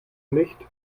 nicht